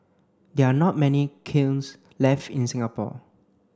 there are not many kilns left in Singapore